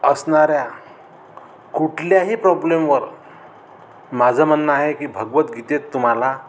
असणाऱ्या कुठल्याही प्रॉब्लेमवर माझं म्हणणं आहे की भगवद्गीतेत तुम्हाला